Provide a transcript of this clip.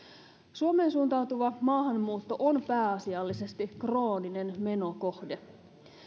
suomeen suuntautuva maahanmuutto on pääasiallisesti krooninen menokohde